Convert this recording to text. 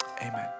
amen